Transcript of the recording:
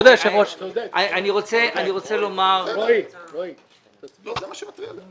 אני רוצה לומר -- זה מה שמטריד אותם.